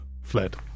fled